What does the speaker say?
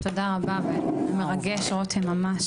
תודה רבה, ממש מרגש רותם.